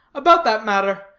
about that matter,